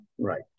Right